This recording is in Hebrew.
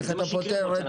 איך אתה פותר את